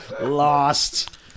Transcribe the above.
Lost